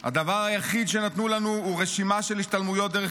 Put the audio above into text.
--- הדבר היחיד שנתנו לנו הוא רשימה של השתלמויות דרך